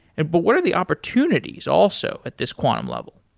and but what are the opportunities also at this quantum level?